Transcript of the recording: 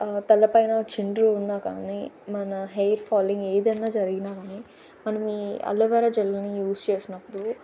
తలపైన చుండ్రు ఉన్నా కానీ మన హెయిర్ ఫాలింగ్ ఏదైనా జరిగినా కానీ మనం ఈ అలోవెరా జెల్ని యూస్ చేసినప్పుడు